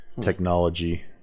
technology